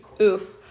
Oof